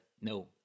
No